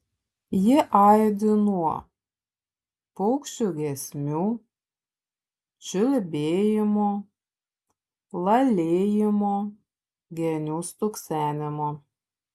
ji aidi nuo paukščių giesmių čiulbėjimo lalėjimo genių stuksenimo